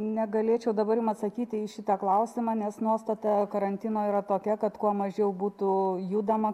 negalėčiau dabar jum atsakyti į šitą klausimą nes nuostata karantino yra tokia kad kuo mažiau būtų judama